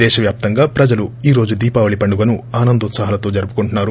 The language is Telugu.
దేశవ్యాప్తంగా ప్రజలు ఈ రోజు దీపావళి పండుగను ఆనందోత్సాహాలతో జరుపుకుంటున్నారు